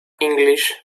english